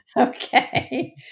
Okay